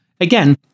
Again